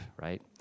right